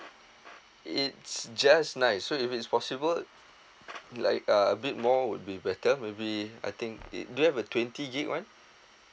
it's just nice so if it's possible like uh a bit more would be better maybe I think it do you have a twenty gig one